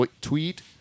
tweet